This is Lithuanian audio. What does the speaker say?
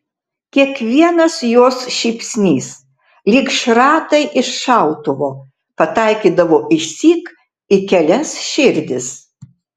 kiekvienas jos šypsnys lyg šratai iš šautuvo pataikydavo išsyk į kelias širdis